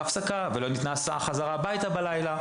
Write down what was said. הפסקה ומקרים בהם לא ניתנה הסעה חזרה הביתה בלילה.